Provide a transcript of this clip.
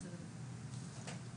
לגבי הפעילות שלכם.